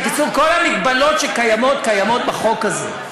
בקיצור, כל המגבלות שקיימות, קיימות בחוק הזה.